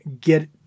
get